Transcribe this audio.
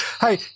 Hey